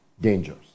dangers